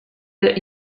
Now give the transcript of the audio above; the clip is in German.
der